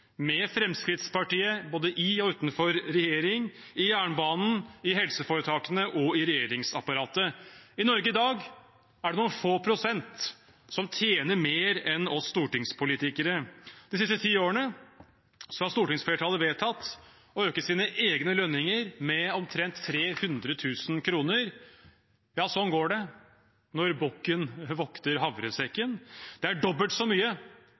med Fremskrittspartiet både i og utenfor regjering – i jernbanen, i helseforetakene og i regjeringsapparatet. I Norge i dag er det noen få prosent som tjener mer enn oss stortingspolitikere. De siste ti årene har stortingsflertallet vedtatt å øke sine egne lønninger med omtrent 300 000 kr. Sånn går det når bukken vokter havresekken. Det er dobbelt så mye